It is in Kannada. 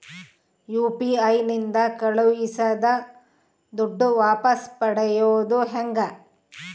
ಯು.ಪಿ.ಐ ನಿಂದ ಕಳುಹಿಸಿದ ದುಡ್ಡು ವಾಪಸ್ ಪಡೆಯೋದು ಹೆಂಗ?